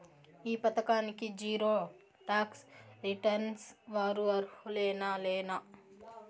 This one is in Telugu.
ఈ పథకానికి జీరో టాక్స్ రిటర్న్స్ వారు అర్హులేనా లేనా?